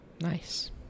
Nice